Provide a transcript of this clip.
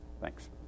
Thanks